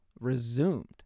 resumed